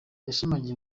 yashimangiye